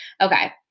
Okay